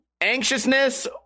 anxiousness